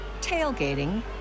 tailgating